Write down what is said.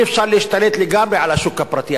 אי-אפשר להשתלט לגמרי על השוק הפרטי,